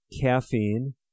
caffeine